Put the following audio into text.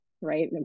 right